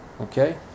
Okay